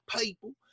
people